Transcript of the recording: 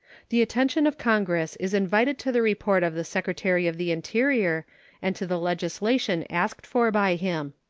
the attention of congress is invited to the report of the secretary of the interior and to the legislation asked for by him.